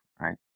right